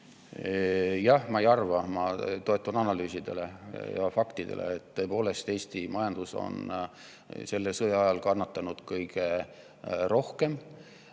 Jah. Ma ei arva, ma toetun analüüsidele ja faktidele. Tõepoolest, Eesti majandus on selle sõja ajal kannatanud kõige rohkem.